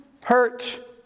hurt